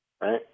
right